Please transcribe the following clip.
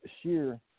sheer